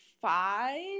five